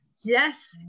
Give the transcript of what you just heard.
yes